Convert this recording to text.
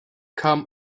kam